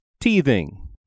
teething